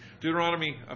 Deuteronomy